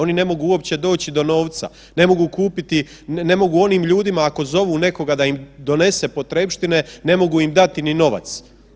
Oni uopće ne mogu doći do novca, ne mogu kupit, ne mogu onim ljudima ako zovu nekoga da im donese potrepštine ne mogu im dati ni novac.